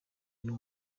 uno